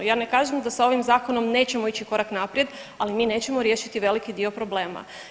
Ja ne kažem da sa ovim zakonom nećemo ići korak naprijed, ali mi nećemo riješiti veliki dio problema.